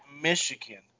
Michigan